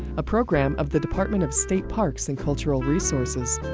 a program of the department of state parks and cultural resources.